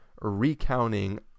recounting